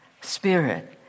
spirit